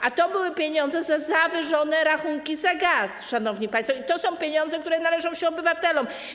A to były pieniądze za zawyżone rachunki za gaz, szanowni państwo, i to są pieniądze, które należą się obywatelom.